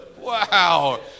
Wow